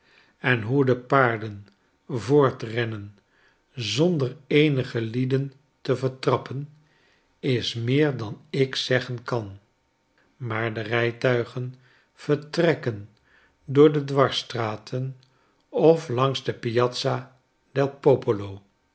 en hoe de paarden voortrennen zonder eenige lieden te vertrappen is meer dan ik zeggen kan maar de rijtuigen vertrekken door de dwarsstraten of langsde piazza del